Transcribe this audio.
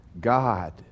God